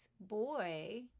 boy